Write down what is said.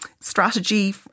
Strategy